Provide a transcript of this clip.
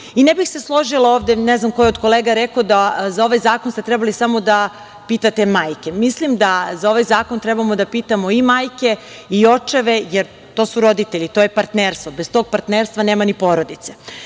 bih se složila ovde, ne znam ko je od kolega rekao, da ste za ovaj zakon trebali samo da pitate majke. Mislim da za ovaj zakon trebamo da pitamo i majke i očeve, jer to su roditelji, to je partnerstvo. Bez tog partnerstva nema ni porodice. Sve